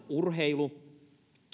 urheilu